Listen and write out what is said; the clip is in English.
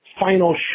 Final